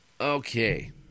Okay